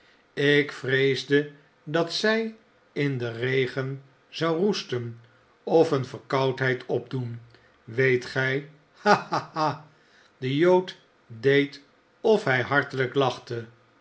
ik vreesde dat zij in den regen zou roesten of eene verkoudheid opdoen weet gij ha ha ha de jood deed of hij hartelijk lachte